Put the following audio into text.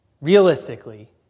realistically